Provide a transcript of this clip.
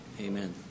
amen